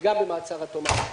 וגם במעצר עד תום ההליכים.